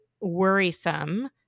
worrisome